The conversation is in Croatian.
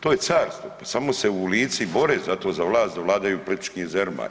To je carstvo, samo se u Lici bore za to, za vlast da vladaju Plitvičkim jezerima.